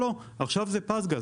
עכשיו זה "פז גז".